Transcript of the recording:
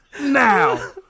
Now